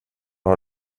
har